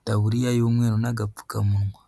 itaburiya y'umweru n'agapfukamunwa.